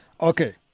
okay